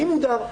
אני מודר.